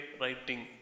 writing